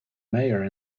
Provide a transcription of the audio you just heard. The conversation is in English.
mayor